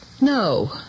No